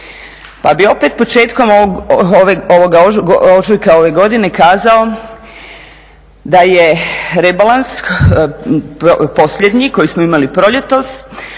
Pa bi opet početkom ovog ožujka ove godine kazao da je rebalans, posljednji koji smo imali proljetos